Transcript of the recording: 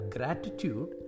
Gratitude